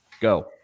Go